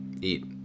eat